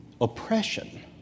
oppression